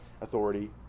authority